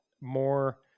more